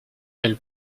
elle